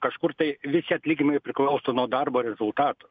kažkur tai visi atlyginimai priklauso nuo darbo rezultatų